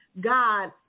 God